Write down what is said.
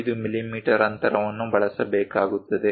35 millimetre ಅಂತರವನ್ನು ಬಳಸಬೇಕಾಗುತ್ತದೆ